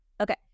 okay